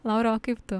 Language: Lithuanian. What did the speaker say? laura o kaip tu